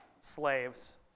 slaves